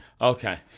Okay